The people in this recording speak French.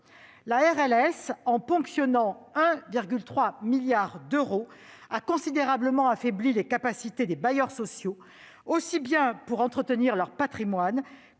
une ponction de 1,3 milliard d'euros, a considérablement affaibli les capacités des bailleurs sociaux, aussi bien pour entretenir leur patrimoine